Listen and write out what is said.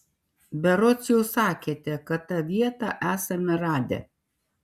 berods jau sakėte kad tą vietą esame radę